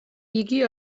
იგი